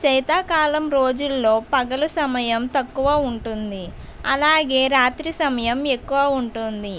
శీతాకాలం రోజుల్లో పగలు సమయం తక్కువ ఉంటుంది అలాగే రాత్రి సమయం ఎక్కువ ఉంటుంది